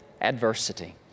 adversity